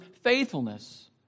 faithfulness